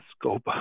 scope